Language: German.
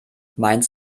meint